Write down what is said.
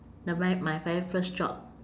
the my my very first job